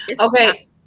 okay